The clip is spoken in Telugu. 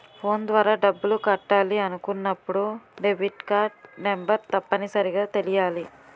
ఫోన్ ద్వారా డబ్బులు కట్టాలి అనుకున్నప్పుడు డెబిట్కార్డ్ నెంబర్ తప్పనిసరిగా తెలియాలి